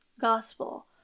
gospel